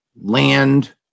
land